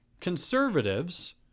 Conservatives